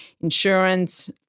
insurance